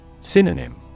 Synonym